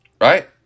Right